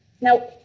Now